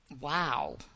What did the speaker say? Wow